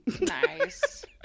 Nice